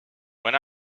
when